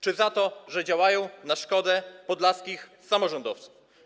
Czy za to, że działają na szkodę podlaskich samorządowców?